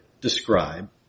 describe